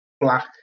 black